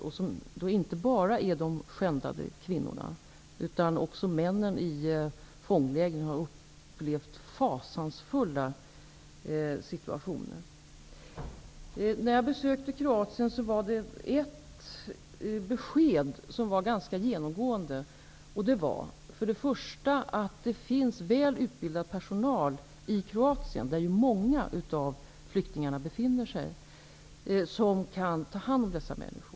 Krigets offer är inte bara de skändade kvinnorna, utan män som har suttit i fångläger har också upplevt fasansfulla situationer. När jag besökte Kroatien var det ett besked som var ganska genomgående. Man påpekade att det i Kroatien, där ju många av flyktingarna befinner sig, finns väl utbildad personal, som kan ta hand om dessa människor.